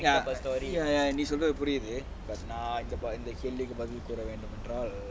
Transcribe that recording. ya நீ சொல்றது புரியுது:ni solrathu puriyuthu